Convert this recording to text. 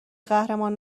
قهرمان